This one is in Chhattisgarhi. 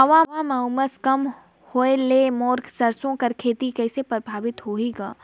हवा म उमस कम होए ले मोर सरसो के खेती कइसे प्रभावित होही ग?